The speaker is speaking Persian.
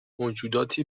موجوداتی